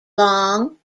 long